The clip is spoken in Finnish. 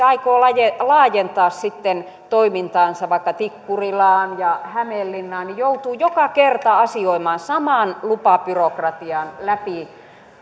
aikoo laajentaa laajentaa sitten toimintaansa vaikka tikkurilaan ja hämeenlinnaan se joutuu joka kerta asioimaan saman lupabyrokratian läpi